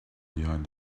behind